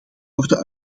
worden